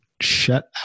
shut